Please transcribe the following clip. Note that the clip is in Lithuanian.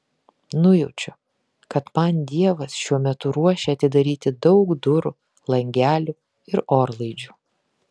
nujaučiu kad man dievas šiuo metu ruošia atidaryti daug durų langelių ir orlaidžių